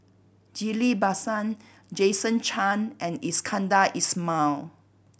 Ghillie Basan Jason Chan and Iskandar Ismail